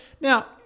Now